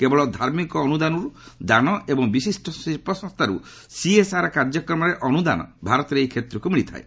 କେବଳ ଧାର୍ମିକ ଅନୁଷ୍ଠାନରୁ ଦାନ ଏବଂ ବିଭିନ୍ନ ଶିଳ୍ପସଂସ୍ଥାରୁ ସିଏସ୍ଆର୍ କାର୍ଯ୍ୟକ୍ରମରେ ଅନୁଦାନ ଭାରତରେ ଏହି କ୍ଷେତ୍ରକୁ ମିଳିଥାଏ